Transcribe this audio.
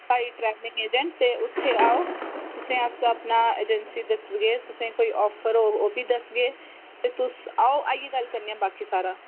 travelling agent ते उत्थै आओ तुसें ई अस अपनी अजेंसी दस्सगे तुसें ई कोई आफर होग ओह्बी दस्सगे ते तुस आओ आइयै गल्ल करने आं बाकी सारा